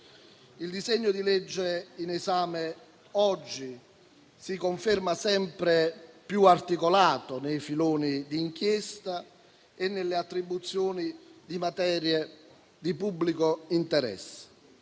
Il disegno di legge oggi in esame si conferma sempre più articolato nei filoni di inchiesta e nelle attribuzioni di materie di pubblico interesse.